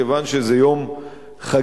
כיוון שזה יום חגיגי,